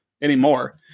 anymore